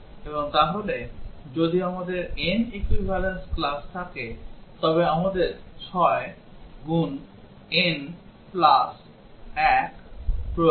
এবং তাহলে যদি আমাদের n equivalence class থাকে তবে আমাদের 6 n 1 প্রয়োজন